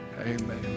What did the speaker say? Amen